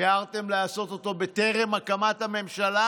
מיהרתם לעשות אותו בטרם הקמת הממשלה,